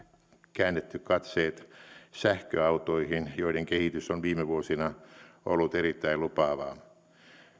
käännetty katseet sähköautoihin joiden kehitys on viime vuosina ollut erittäin lupaavaa